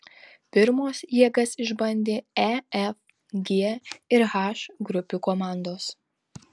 pirmos jėgas išbandė e f g ir h grupių komandos